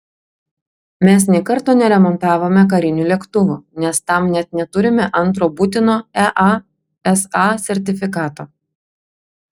mes nė karto neremontavome karinių lėktuvų nes tam net neturime antro būtino easa sertifikato